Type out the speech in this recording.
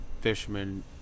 fishermen